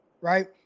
right